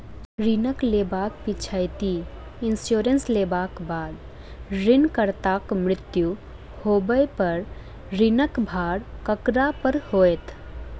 ऋण लेबाक पिछैती इन्सुरेंस लेबाक बाद ऋणकर्ताक मृत्यु होबय पर ऋणक भार ककरा पर होइत?